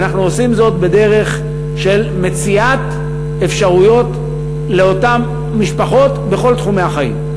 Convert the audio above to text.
ואנחנו עושים זאת בדרך של מציאת אפשרויות לאותן משפחות בכל תחומי החיים.